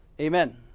amen